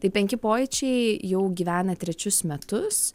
tai penki pojūčiai jau gyvena trečius metus